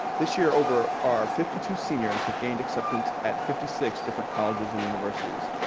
this year, over our fifty two seniors have gained acceptance at fifty six different colleges and universities.